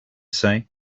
say